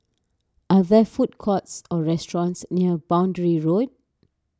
are there food courts or restaurants near Boundary Road